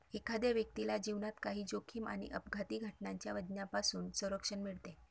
एखाद्या व्यक्तीला जीवनात काही जोखीम आणि अपघाती घटनांच्या वजनापासून संरक्षण मिळते